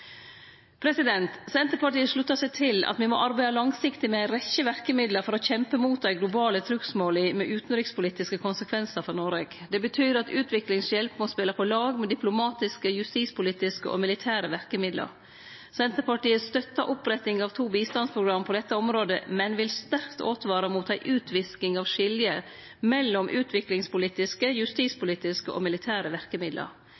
Senterpartiet sluttar seg til at me må arbeide langsiktig med ei rekkje verkemiddel for å kjempe mot dei globale trugsmåla med utanrikspolitiske konsekvensar for Noreg. Det betyr at utviklingshjelp må spele på lag med diplomatiske, justispolitiske og militære verkemiddel. Senterpartiet støttar opprettinga av to bistandsprogram på dette området, men vil sterkt åtvare mot ei utvisking av skiljet mellom utviklingspolitiske, justispolitiske og militære verkemiddel.